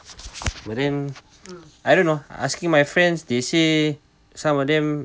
but then I don't know asking my friends they say some of them